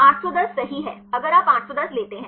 810 सही है अगर आप 810 लेते हैं